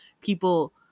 people